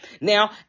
now